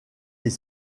des